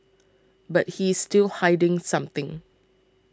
but he's still hiding something